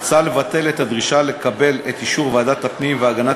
הוצע לבטל את הדרישה לקבל את אישור ועדת הפנים והגנת